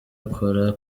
wakora